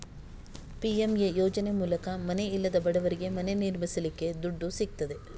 PMA ಯೋಜನೆ ಮೂಲಕ ಮನೆ ಇಲ್ಲದ ಬಡವರಿಗೆ ಮನೆ ನಿರ್ಮಿಸಲಿಕ್ಕೆ ದುಡ್ಡು ಸಿಗ್ತದೆ